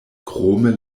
krome